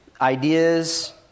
Ideas